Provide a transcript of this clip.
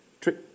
Trick